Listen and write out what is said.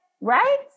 right